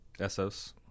Essos